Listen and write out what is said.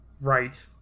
Right